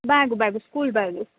bag bag school bag